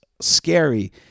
scary